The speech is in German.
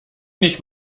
nicht